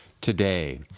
today